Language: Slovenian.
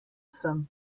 sem